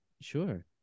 sure